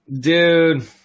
Dude